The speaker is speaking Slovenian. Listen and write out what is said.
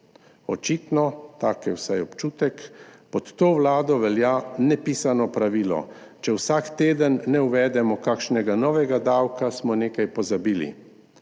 Očitno, tak je vsaj občutek, pod to vlado velja nepisano pravilo: če vsak teden ne uvedemo kakšnega novega davka, smo nekaj pozabili.